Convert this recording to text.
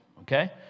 okay